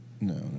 No